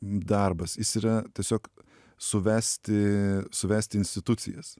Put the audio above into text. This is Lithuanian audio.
darbas jis yra tiesiog suvesti suvesti institucijas